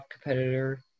competitor